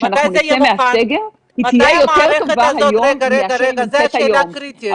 כשאנחנו נצא מהסגר היא תהיה יותר טובה היום מאשר היא נמצאת היום.